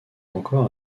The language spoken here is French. encore